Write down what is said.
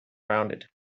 rounded